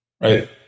right